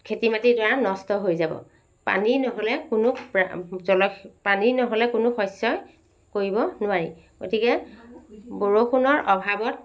খেতি মাটিডৰা নষ্ট হৈ যাব পানী নহ'লে কোনো প্ৰা জল পানী নহ'লে কোনো শস্যই কৰিব নোৱাৰি গতিকে বৰষুণৰ অভাৱত